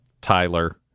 Tyler